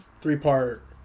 three-part